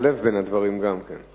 הוא יכול לשלב בין הדברים גם כן.